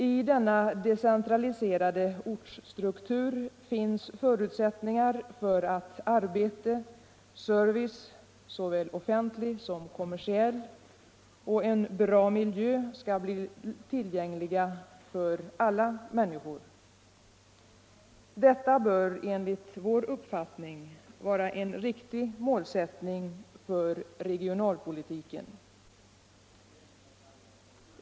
I denna decentraliserade ortsstruktur finns förutsättningar för att arbete, service, såväl offentlig som kommersiell, och en bra miljö skall bli tillgängliga för alla människor. Detta bör enligt vår uppfattning vara en riktig målsättning för regionalpolitiken.